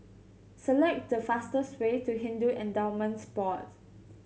select the fastest way to Hindu Endowments Board